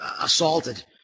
assaulted